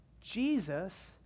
Jesus